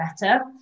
better